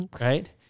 Right